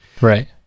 Right